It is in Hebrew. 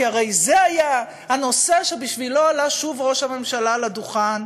כי הרי זה היה הנושא שבשבילו עלה שוב ראש הממשלה לדוכן.